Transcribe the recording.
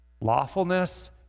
lawfulness